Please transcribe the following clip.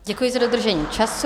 Děkuji za dodržení času.